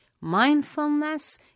Mindfulness